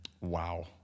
Wow